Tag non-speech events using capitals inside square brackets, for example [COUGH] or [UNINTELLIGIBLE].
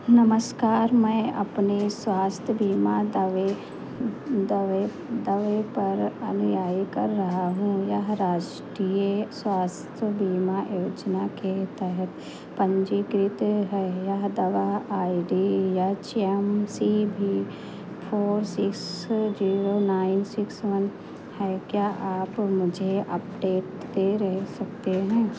नमस्कार मैं अपने स्वास्थ्य बीमा दावे दावे दावे पर अनुयायी कर रहा हूँ यह राष्ट्रीय स्वास्थ्य बीमा योजना के तहत पंजीकृत है यह दवा आइ डी यह छियासी भी four six [UNINTELLIGIBLE] zero nine six one है क्या आप मुझे अपडेट दे रह सकते हैं